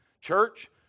Church